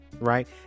Right